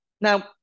now